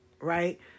right